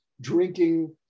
drinking